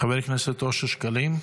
חבר הכנסת אושר שקלים,